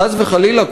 חס וחלילה,